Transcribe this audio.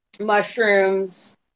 mushrooms